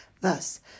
Thus